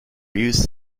used